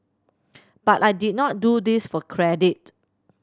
but I did not do this for credit